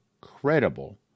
credible